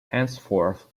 henceforth